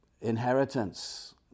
inheritance